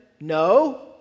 no